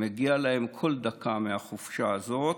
מגיעה להם כל דקה מהחופשה הזאת.